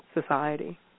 society